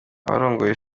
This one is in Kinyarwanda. abarongoye